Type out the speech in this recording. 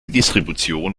distribution